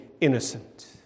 innocent